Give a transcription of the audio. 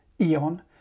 EON